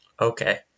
Okay